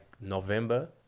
November